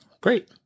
Great